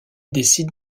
décide